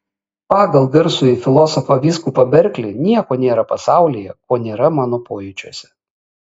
pagal garsųjį filosofą vyskupą berklį nieko nėra pasaulyje ko nėra mano pojūčiuose